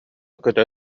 көтө